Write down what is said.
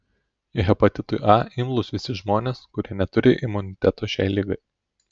hepatitui a imlūs visi žmonės kurie neturi imuniteto šiai ligai